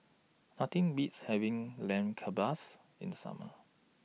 Nothing Beats having Lamb Kebabs in The Summer